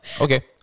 okay